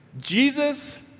Jesus